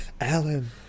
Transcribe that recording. Alan